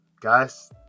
Guys